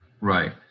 Right